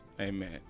Amen